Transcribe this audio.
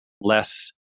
less